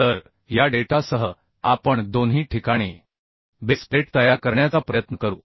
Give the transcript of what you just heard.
तर या डेटासह आपण दोन्ही ठिकाणी बेस प्लेट तयार करण्याचा प्रयत्न करू